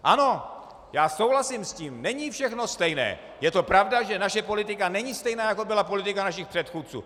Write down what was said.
Ano, já souhlasím s tím, není všechno stejné, je to pravda, že naše politika není stejná, jako byla politika našich předchůdců.